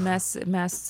mes mes